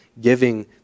giving